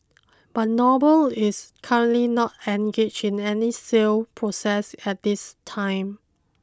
but Noble is currently not engaged in any sale process at this time